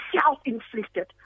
self-inflicted